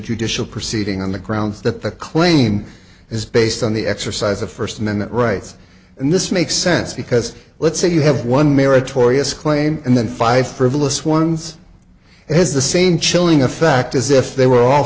judicial proceeding on the grounds that the claim is based on the exercise of first amendment rights and this makes sense because let's say you have one meritorious claim and then five frivolous ones has the same chilling effect as if they were all